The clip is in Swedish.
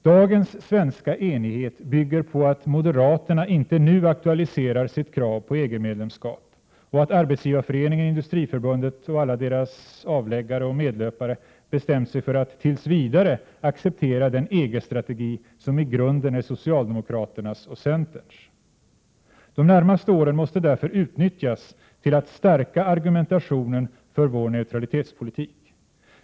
Dagens svenska enighet bygger på att moderaterna inte nu aktualiserar sitt krav på EG-medlemskap och att Arbetsgivareföreningen, Industriförbundet och alla deras avläggare och medlöpare bestämt sig för att tills vidare acceptera den EG-strategi som i grunden är socialdemokraternas och centerns. De närmaste åren måste därför utnyttjas till att stärka argumentationen för vår neutralitetspolitik.